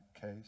case